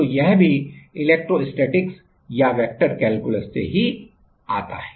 तो यह भी इलेक्ट्रोस्टैटिक्स या वेक्टर कैलकुलस से हीआता है